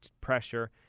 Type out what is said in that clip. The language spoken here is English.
pressure